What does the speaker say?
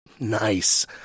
Nice